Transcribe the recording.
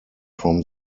from